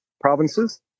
provinces